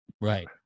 Right